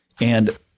And-